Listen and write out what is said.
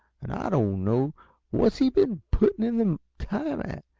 and i didn't know what's he been putting in the time at?